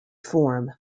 form